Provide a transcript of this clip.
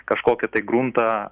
kažkokį tai gruntą